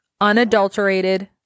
unadulterated